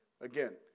again